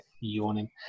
yawning